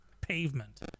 pavement